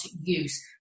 use